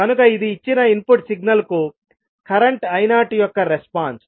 కనుక ఇది ఇచ్చిన ఇన్పుట్ సిగ్నల్ కు కరెంట్ i0యొక్క రెస్పాన్స్